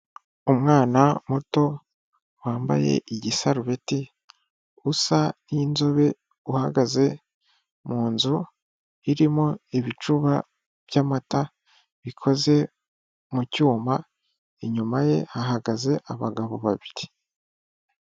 Umwana muto wambaye igisarubeti usa n'inzobe uhagaze mu nzu irimo ibicuba by'amata bikoze mu cyuma inyuma ye hagaze abagabo babiri.